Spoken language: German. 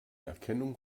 erkennung